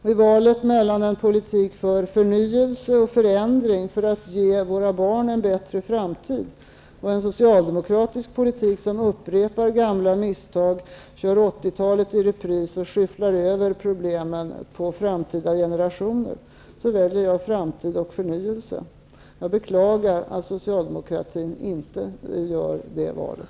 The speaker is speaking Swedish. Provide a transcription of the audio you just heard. I valet mellan en politik för förnyelse och förändring med syfte att ge våra barn en bättre framtid och en socialdemokratisk politik, som upprepar gamla misstag, kör 80-talet i repris och skyfflar över problemen på framtida generationer, väljer jag framtid och förnyelse. Jag beklagar att Socialdemokraterna inte gör de valen.